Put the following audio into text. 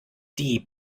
die